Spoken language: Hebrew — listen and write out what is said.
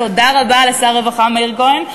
תודה רבה לשר הרווחה מאיר כהן.